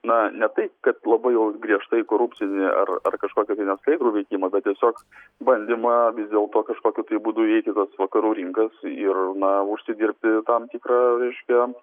na ne tai kad labai jau griežtai korupcinį ar ar kažkokį neskaidrų veikimą bet tiesiog bandymą vis dėlto kažkokiu tai būdu įeiti į tas vakarų rinkas ir na užsidirbi tam tikrą reiškia